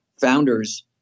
founders